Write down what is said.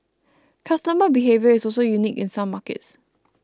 customer behaviour is also unique in some markets